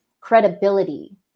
credibility